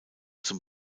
zum